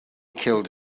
killed